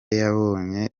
yabonye